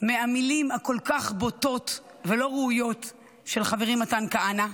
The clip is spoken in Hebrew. מהמילים הכל כך בוטות ולא ראויות של חברי מתן כהנא,